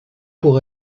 pour